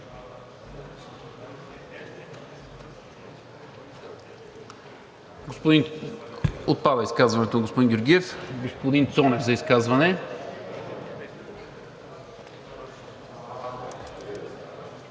Господин Цонев за изказване.